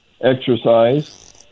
Exercise